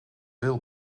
veel